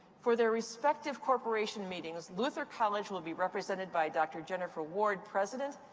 for their respective corporation meetings, luther college will be represented by dr. jenifer ward, president.